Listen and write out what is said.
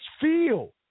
feel